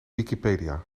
wikipedia